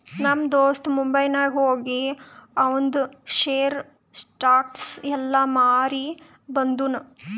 ನಮ್ ದೋಸ್ತ ಮುಂಬೈನಾಗ್ ಹೋಗಿ ಆವಂದ್ ಶೇರ್, ಸ್ಟಾಕ್ಸ್ ಎಲ್ಲಾ ಮಾರಿ ಬಂದುನ್